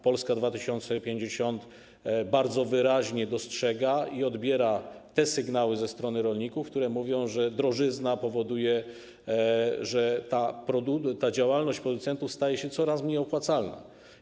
Polska 2050 bardzo wyraźnie dostrzega i odbiera te sygnały ze strony rolników, którzy mówią, że drożyzna powoduje, że działalność producentów staje się coraz mniej opłacalna.